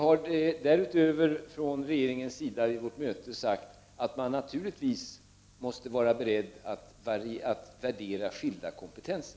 Därutöver sade vi från regeringens sida vid detta möte att man naturligtvis måste vara beredd att värdera skilda kompetenser.